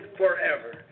forever